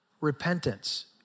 repentance